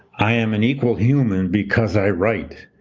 i am an equal human because i write.